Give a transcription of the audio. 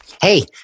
Hey